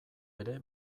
ere